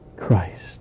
Christ